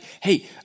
Hey